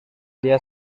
dia